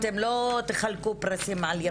אתם לא תחלקו פרסים על ימין ועל שמאל.